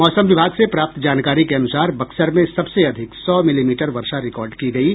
मौसम विभाग से प्राप्त जानकारी के अनुसार बक्सर में सबसे अधिक सौ मिलीमीटर वर्षा रिकॉर्ड की गयी